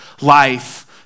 life